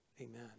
amen